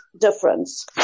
difference